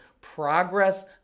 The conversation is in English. progress